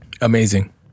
Amazing